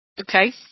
Okay